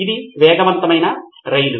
ఇది వేగవంతమైన రైలు